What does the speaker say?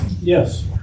Yes